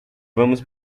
vamos